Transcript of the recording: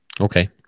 okay